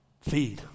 feed